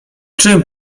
czym